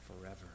forever